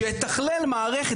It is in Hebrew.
שיתכלל מערכת,